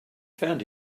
found